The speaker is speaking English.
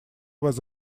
was